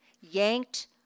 yanked